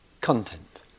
content